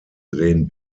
den